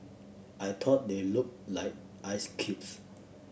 I thought they looked like ice cubes